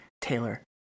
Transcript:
Taylor